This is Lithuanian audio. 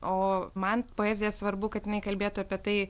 o man poezija svarbu kad jinai kalbėtų apie tai